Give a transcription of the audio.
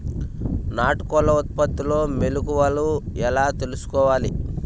నాటుకోళ్ల ఉత్పత్తిలో మెలుకువలు ఎలా తెలుసుకోవాలి?